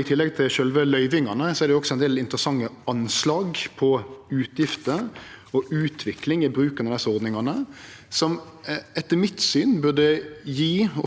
i tillegg til sjølve løyvingane ein del interessante anslag over utgifter og utvikling i bruken av desse ordningane, som etter mitt syn burde